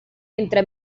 entre